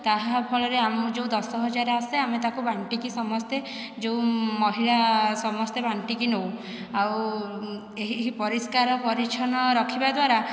ତାହାଫଳରେ ଆମକୁ ଯେଉଁ ଦଶହଜାର ଆସେ ଆମେ ତାକୁ ବାଣ୍ଟିକି ସମସ୍ତେ ଯେଉଁ ମହିଳା ସମସ୍ତେ ବାଣ୍ଟିକି ନେଉ ଆଉ ଏହି ପରିଷ୍କାର ପରିଚ୍ଛନ୍ନ ରଖିବା ଦ୍ୱାରା